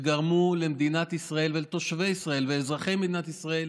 וגרמו למדינת ישראל ולתושבי ישראל ולאזרחי מדינת ישראל